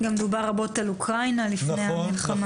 גם דובר רבות על אוקראינה לפני המלחמה.